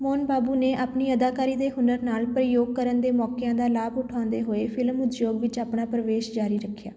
ਮੋਹਨ ਬਾਬੂ ਨੇ ਆਪਣੀ ਅਦਾਕਾਰੀ ਦੇ ਹੁਨਰ ਨਾਲ ਪ੍ਰਯੋਗ ਕਰਨ ਦੇ ਮੌਕਿਆਂ ਦਾ ਲਾਭ ਉਠਾਉਂਦੇ ਹੋਏ ਫਿਲਮ ਉਦਯੋਗ ਵਿੱਚ ਆਪਣਾ ਪ੍ਰਵੇਸ਼ ਜਾਰੀ ਰੱਖਿਆ